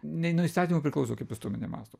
nei nuo įstatymo priklauso kaip visuomenė mąsto